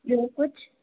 ॿियो कुझु